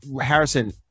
Harrison